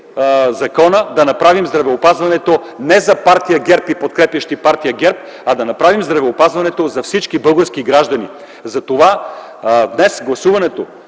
закона, да направим здравеопазването не за партия ГЕРБ и подкрепящи партия ГЕРБ, а да направим здравеопазването за всички български граждани. Затова днес гласуването